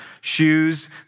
shoes